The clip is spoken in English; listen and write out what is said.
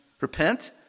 Repent